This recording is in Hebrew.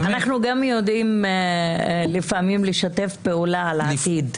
אנחנו גם יודעים לפעמים לשתף פעולה על העתיד,